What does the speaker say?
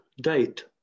Date